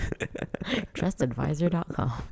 Trustadvisor.com